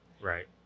Right